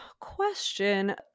question